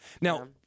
Now